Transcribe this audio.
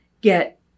get